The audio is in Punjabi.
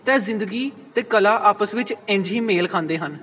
ਅਤੇ ਜ਼ਿੰਦਗੀ ਅਤੇ ਕਲਾ ਆਪਸ ਵਿੱਚ ਇੰਝ ਹੀ ਮੇਲ ਖਾਂਦੇ ਹਨ